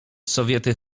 sowiety